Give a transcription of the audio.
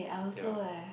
ya